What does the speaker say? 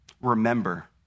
Remember